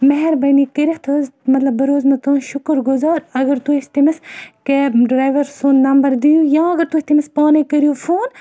مہربٲنی کٔرِتھ حظ مَطلَب بہٕ روزٕ نہٕ تُہٕنٛز شُکُر گُزار اگر تُہۍ تمِس کیب ڈرایوَر سُنٛد نَمبَر دِیِو یا اگر تُہۍ تمِس پانے کٔرِو فون